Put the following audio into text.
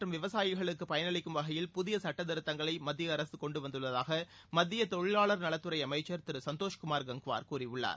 மற்றும் விவசாயிகளுக்கு தொழிலாளர்கள் பயன் அளிக்கும் வகையில் புதிய சட்டத்திருத்தங்களை மத்திய அரசு கொண்டு வந்தள்ளதாக மத்திய தொழிலாளர் நலத்துறை அமைச்சர் திரு சந்தோஷ் குமார் கங்க்வார் கூறியுள்ளார்